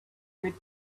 spit